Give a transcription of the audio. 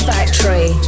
Factory